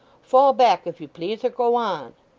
fall back, if you please, or go on